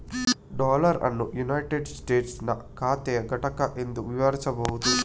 dollar ಅನ್ನು United ಸ್ಟೇಟಸ್ಸಿನ ಖಾತೆಯ ಘಟಕ ಎಂದು ವಿವರಿಸಬಹುದು